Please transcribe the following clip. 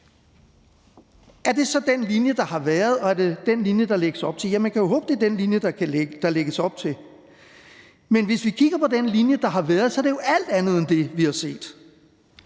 Er det så den linje, der har været, og er det den linje, der lægges op til? Ja, man kan jo håbe, at det er den linje, der lægges op til. Men hvis vi kigger på den linje, der har været, så er det jo alt andet end det, vi har set,